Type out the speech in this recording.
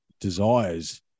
desires